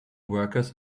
workers